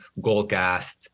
Goldcast